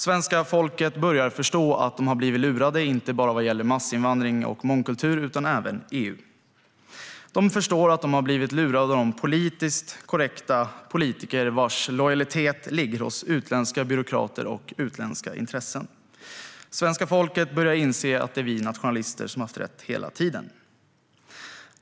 Svenska folket börjar förstå att de har blivit lurade inte bara vad gäller massinvandring och mångkultur utan även vad gäller EU. De förstår att de har blivit lurade av de politiskt korrekta politiker vars lojalitet ligger hos utländska byråkrater och utländska intressen. Svenska folket börjar inse att det är vi nationalister som har haft rätt hela tiden.